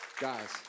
Guys